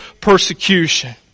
persecution